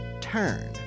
TURN